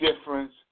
difference